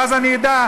ואז אני אדע,